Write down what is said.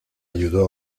ayudó